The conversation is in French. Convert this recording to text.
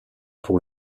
pour